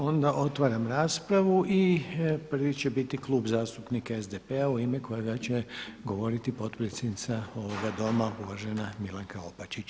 Onda otvaram raspravu i prvi će biti Klub zastupnika SDP-a u ime kojega će govoriti potpredsjednica ovoga Doma uvažena Milanka Opačić.